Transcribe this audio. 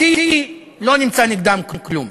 כי לא נמצא נגדם כלום.